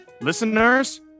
listeners